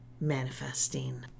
manifesting